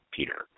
Peter